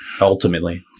ultimately